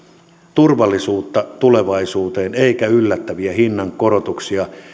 turvallisuutta tulevaisuuteen eikä yllättäviä hinnankorotuksia